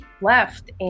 left